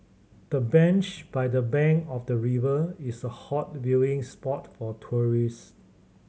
the bench by the bank of the river is a hot viewing spot for tourist